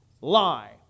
lie